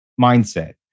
mindset